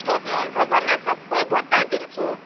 सोध्नुहुन्छ भने सबै बताइदिन्छु